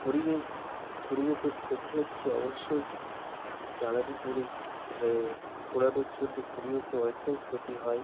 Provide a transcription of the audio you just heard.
পরিবেশ পরিবেশের ক্ষতি হচ্ছে অবশ্যই জ্বালানি পুড়িয়ে পোড়ানোর জন্য পরিবেশের অনেকটাই ক্ষতি হয়